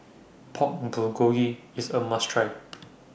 Pork Bulgogi IS A must Try